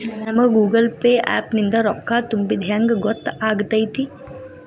ನಮಗ Google Pay app ನಿಂದ ರೊಕ್ಕಾ ತುಂಬಿದ್ದ ಹೆಂಗ್ ಗೊತ್ತ್ ಆಗತೈತಿ?